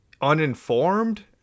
uninformed